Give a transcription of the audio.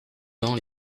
dans